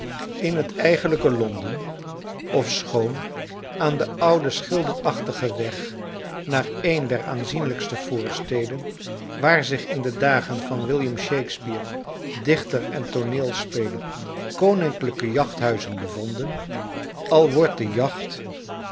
in het eigenlijke londen ofschoon aan den ouden schilderachtigen weg naar een der aanzienlijkste voorsteden waar zich in de dagen van william shakespeare dichter en tooneelspeler koninklijke jachthuizen bevonden al wordt de jacht